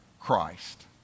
Christ